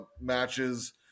matches